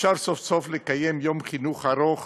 אפשר סוף-סוף לקיים יום חינוך ארוך